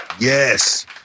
Yes